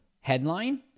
headline